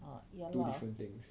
two different things